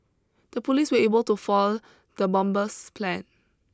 the police were able to fall the bomber's plan